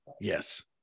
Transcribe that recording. Yes